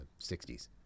60s